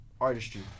artistry